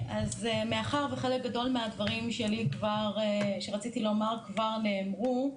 מאחר וחלק גדול מהדברים שלי שרציתי לומר כבר נאמרו.